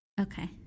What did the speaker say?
okay